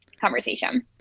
conversation